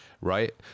right